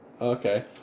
Okay